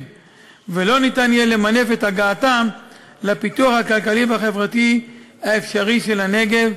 ולא יהיה אפשר למנף את הגעתם לפיתוח הכלכלי והחברתי האפשרי של הנגב,